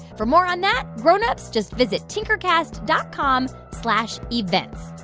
for more on that, grown-ups, just visit tinkercast dot com slash events.